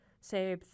say